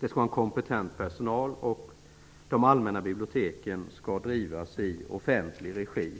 Det skall finnas kompetent personal. De allmänna biblioteken skall drivas i offentlig regi.